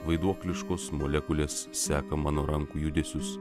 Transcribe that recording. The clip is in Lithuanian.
vaiduokliškos molekulės seka mano rankų judesius